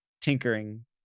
tinkering